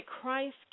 Christ